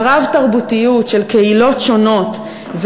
ברב-תרבותיות של קהילות שונות,